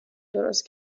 درست